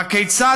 והכיצד,